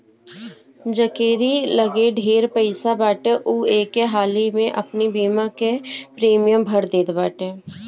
जकेरी लगे ढेर पईसा बाटे उ एके हाली में अपनी बीमा के प्रीमियम भर देत बाटे